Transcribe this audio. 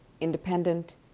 independent